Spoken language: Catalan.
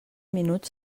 minuts